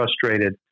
frustrated